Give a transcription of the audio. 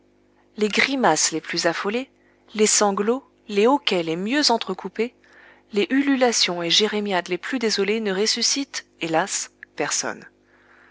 les grimaces les plus affolées les sanglots les hoquets les mieux entrecoupés les hululations et jérémiades les plus désolées ne ressuscitent hélas personne